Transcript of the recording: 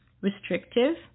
restrictive